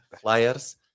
flyers